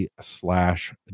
slash